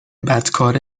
بدکاره